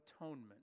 atonement